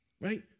right